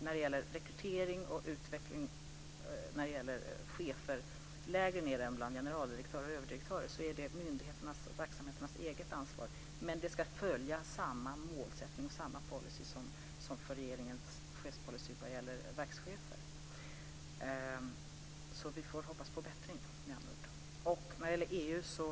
När det gäller rekrytering av och utveckling för chefer lägre än generaldirektörer och överdirektörer är det myndigheternas och verksamheternas eget ansvar, men det ska vara samma målsättning och samma chefspolicy som regeringen har vad gäller verkschefer. Vi får hoppas på bättring, med andra ord.